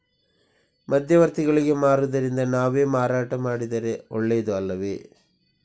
ಮಧ್ಯವರ್ತಿಗಳಿಗೆ ಮಾರುವುದಿಂದ ನಾವೇ ಮಾರಾಟ ಮಾಡಿದರೆ ಒಳ್ಳೆಯದು ಅಲ್ಲವೇ?